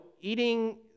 eating